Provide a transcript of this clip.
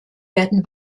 werden